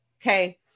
Okay